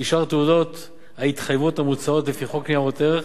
כשאר תעודות ההתחייבות המוצעות לפי חוק ניירות ערך,